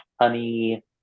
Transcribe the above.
honey